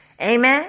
Amen